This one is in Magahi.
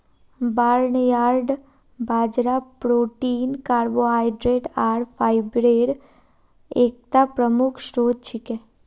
बार्नयार्ड बाजरा प्रोटीन कार्बोहाइड्रेट आर फाईब्रेर एकता प्रमुख स्रोत छिके